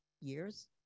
years